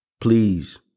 please